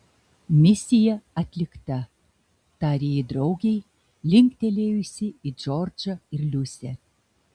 misija atlikta tarė ji draugei linktelėjusi į džordžą ir liusę